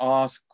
ask